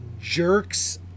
jerks